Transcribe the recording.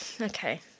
Okay